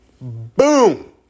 Boom